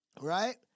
Right